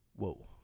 Whoa